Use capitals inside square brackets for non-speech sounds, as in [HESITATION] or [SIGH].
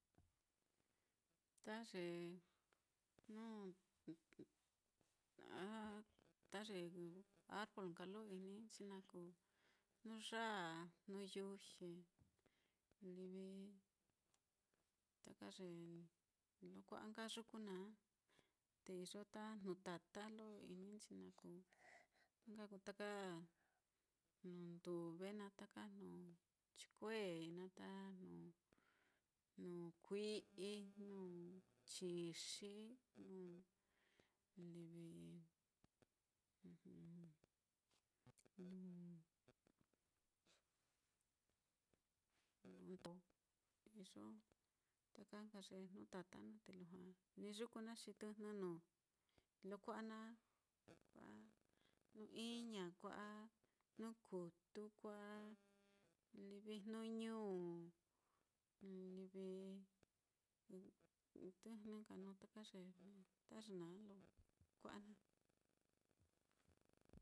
Ta ye jnu a- [HESITATION] ta ye arbol nka lo ininchi naá, kuu jnuyāā, jnuyuxie, livi taka ye lo kua'a nka yuku naá. te iyo ta jnu tata lo ininchi naá kuu, na nka kuu taka jnu nduve naá, taka jnu chikue naá, ta jnu jnu kui'i, jnu chixi, jnu livi [HESITATION] [HESITATION] iyo taka nka ye jnu tata naá, te lujua ni yuku naá, xi tɨjnɨ nuu lo kua'a naá, kua'a jnuiña, kua'a jnu kutu, kua'a livi jnuñu, livi tɨjnɨ nka nuu taka ye ta ye naá lo kua'a naá.